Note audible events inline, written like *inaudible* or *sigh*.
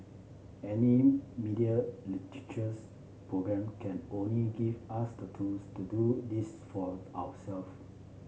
any media *unintelligible* programme can only give us the tools to do this for our self